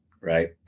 Right